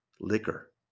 liquor